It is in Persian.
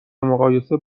مقایسه